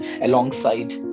alongside